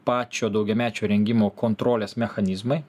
pačio daugiamečio rengimo kontrolės mechanizmai